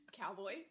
Cowboy